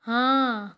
हाँ